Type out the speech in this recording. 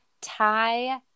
Thai